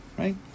Right